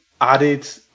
added